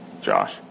Josh